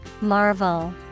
Marvel